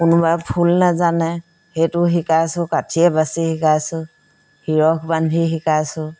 কোনোবাই ফুল নাজানে সেইটো শিকাইছোঁ কাঠিয়ে বাচি শিকাইছোঁ সিৰশ বান্ধি শিকাইছোঁ